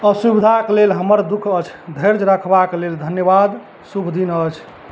असुविधाक लेल हमर दुख अछि धैर्य रखबाक लेल धन्यवाद शुभ दिन अछि